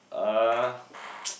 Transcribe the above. uh